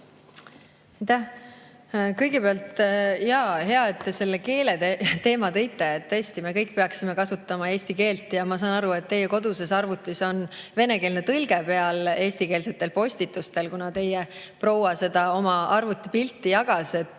Kõigepealt, on hea, et te selle keeleteema sisse tõite. Tõesti, me kõik peaksime kasutama eesti keelt ja ma saan aru, et teie koduses arvutis on venekeelne tõlge all eestikeelsetel postitustel. Teie proua jagas seda oma arvutipilti ja